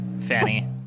Fanny